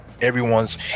everyone's